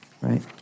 Right